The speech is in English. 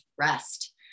rest